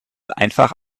einfach